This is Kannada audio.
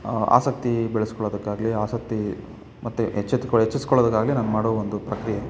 ಆಸಕ್ತಿ ಬೆಳೆಸ್ಕೊಳ್ಳೋದಕ್ಕಾಗ್ಲಿ ಆಸಕ್ತಿ ಮತ್ತು ಎಚ್ಚೆತ್ಕ್ ಹೆಚ್ಚಿಸ್ಕೊಳ್ಳೋದಕ್ಕಾಗ್ಲಿ ನಾನು ಮಾಡೋ ಒಂದು ಪ್ರಕ್ರಿಯೆ